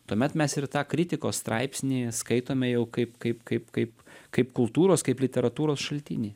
tuomet mes ir tą kritikos straipsnį skaitome jau kaip kaip kaip kaip kaip kultūros kaip literatūros šaltinį